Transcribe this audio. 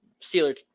Steelers